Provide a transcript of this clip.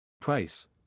Price